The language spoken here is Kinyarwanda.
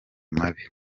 mabi